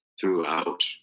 throughout